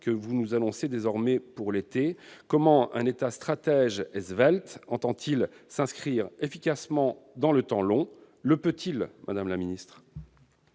que vous annoncez désormais pour l'été. Comment un État stratège et svelte entend-il s'inscrire efficacement dans le temps long ? Le peut-il, madame la ministre ?